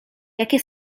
jakie